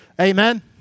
Amen